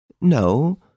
No